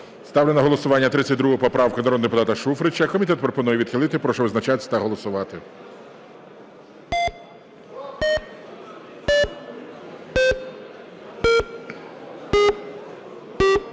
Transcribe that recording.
Ставлю на голосування 32 поправку народного депутата Шуфрича. Комітет пропонує відхилити. Прошу визначатись та голосувати.